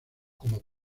como